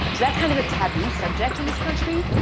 that's kind of a taboo subject in this country,